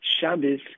Shabbos